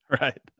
Right